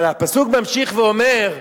אבל הפסוק ממשיך ואומר: